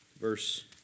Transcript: Verse